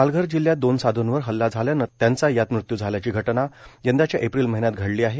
पालघर जिल्ह्यात दोन साधूंवर हल्ला झाल्यानं त्यांचा यात मृत्यू झाल्याची घटना यंदाच्या एप्रिल महिन्यात घडली आहे